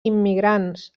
immigrants